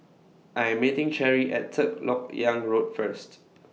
I Am meeting Cherri At Third Lok Yang Road First